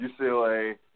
UCLA